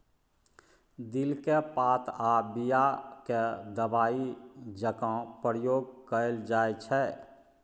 दिलक पात आ बीया केँ दबाइ जकाँ प्रयोग कएल जाइत छै